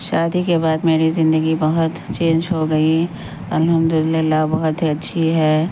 شادی کے بعد میری زندگی بہت چینج ہو گئی الحمد للہ بہت ہی اچھی ہے